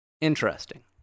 Interesting